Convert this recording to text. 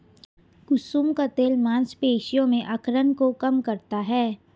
कुसुम का तेल मांसपेशियों में अकड़न को कम करता है